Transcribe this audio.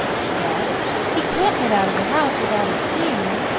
she gasped. he can't get out of the house without her seeing him.